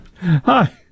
Hi